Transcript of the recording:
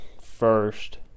first